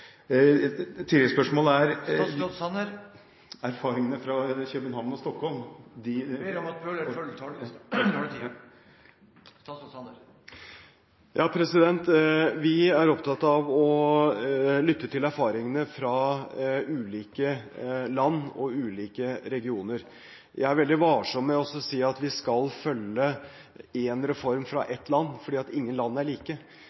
erfaringene fra København og Stockholm Presidenten ber om at man holder seg til taletiden. Vi er opptatt av å lytte til erfaringene fra ulike land og ulike regioner. Jeg er veldig varsom med å si at vi skal følge én reform fra ett land, for ingen land er like.